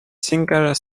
singer